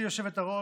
הכנסת,